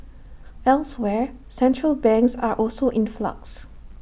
elsewhere central banks are also in flux